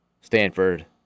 Stanford